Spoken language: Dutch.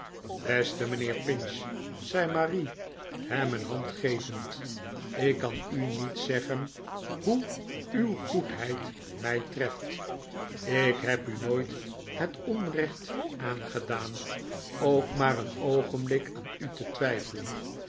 beste mijnheer pinch zei marie hem een hand gevend ik kan u niet zeggen hoe uw goedheid mij treft ik heb u nooit het onrecht aangedaan ook maar een oogenblik aan u te twijfelen